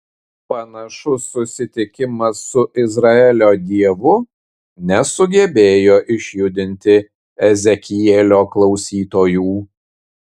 panašus susitikimas su izraelio dievu nesugebėjo išjudinti ezekielio klausytojų